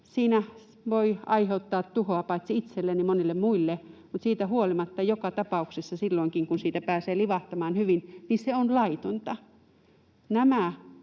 Siinä voi aiheuttaa tuhoa paitsi itselle, monille muille, mutta siitä huolimatta joka tapauksessa, silloinkin kun siitä pääsee livahtamaan hyvin, se on laitonta.